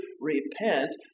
repent